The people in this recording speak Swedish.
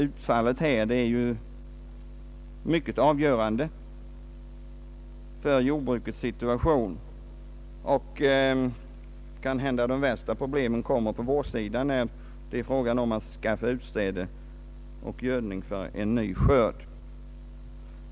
Utfallet härav är i hög grad avgörande för jordbrukets situation, och det kan hända att de värsta problemen kommer på vårsidan, när det är fråga om att skaffa utsäde och gödning för en ny sådd.